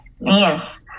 Yes